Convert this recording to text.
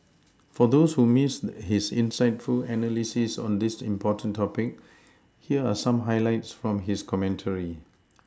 for those who Missed his insightful analysis on this important topic here are some highlights from his commentary